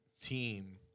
team